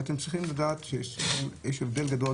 אבל אתם צריכים לדעת שיש הבדל גדול